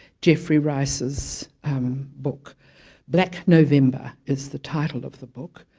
geoffery rice's um book black november is the title of the book